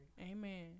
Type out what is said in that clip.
Amen